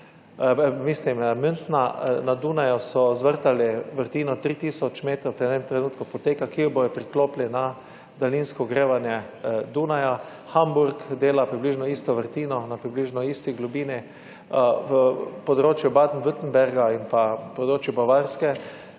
mislim Münchna. Na Dunaju so zvrtali vrtino, 3 tisoč metrov, v tem trenutku poteka, ki jo bodo priklopili na daljinsko ogrevanje Dunaja. Hamburg dela približno isto vrtino na približno isti globini. V področju Baden-Württemberga in pa področju Bavarske,